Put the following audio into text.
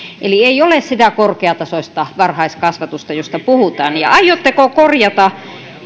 eli ei ole sitä korkeatasoista varhaiskasvatusta josta puhutaan aiotteko korjata